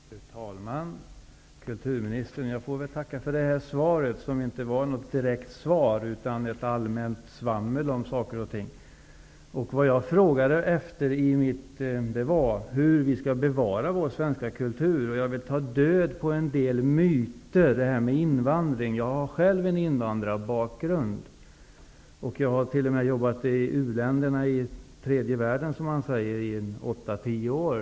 Fru talman! Kulturministern! Jag får väl tacka för svaret, som inte var något direkt svar utan mer ett allmänt svammel om saker och ting. Jag frågade efter hur vi skall bevara vår svenska kultur. Jag vill ta död på en del myter om det här med invandring. Jag har själv en invandrarbakgrund och har t.o.m. jobbat i u-länderna, i tredje världen, i åtta tio år.